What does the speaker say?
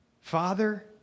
Father